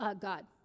God